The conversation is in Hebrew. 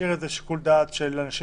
להשאיר את זה לשיקול דעת בשטח.